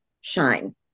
Shine